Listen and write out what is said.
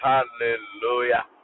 Hallelujah